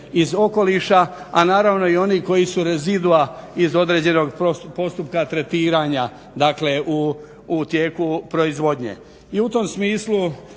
iz okoliša, a naravno i oni koji su rezidua iz određenog postupka tretiranja u tijeku proizvodnje.